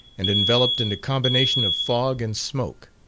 and enveloped in a combination of fog and smoke